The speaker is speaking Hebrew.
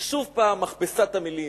שוב מכבסת המלים,